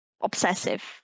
obsessive